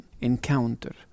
encounter